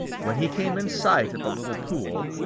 when he came in sight of the little pool,